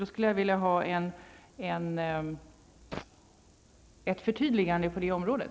Jag skulle vilja ha ett förtydligande på det området.